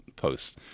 posts